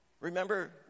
Remember